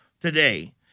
today